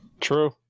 True